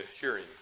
hearing